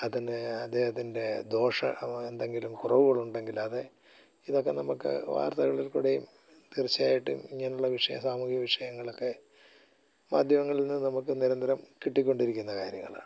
അതിന് അദ്ദേഹത്തിൻ്റെ ദോഷ അവ എന്തെങ്കിലും കുറവുകളുണ്ടെങ്കിൽ അത് ഇതൊക്കെ നമുക്ക് വാർത്തകളിൽ കൂടെയും തീർച്ചയായിട്ടും ഇങ്ങനെയുള്ള വിഷയം സാമൂഹിക വിഷയങ്ങളൊക്കെ മാധ്യമങ്ങളിൽ നിന്ന് നമുക്ക് നിരന്തരം കിട്ടിക്കൊണ്ടിരിക്കുന്ന കാര്യങ്ങളാണ്